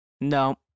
No